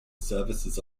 services